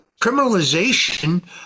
criminalization